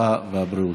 הרווחה והבריאות.